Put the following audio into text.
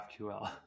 GraphQL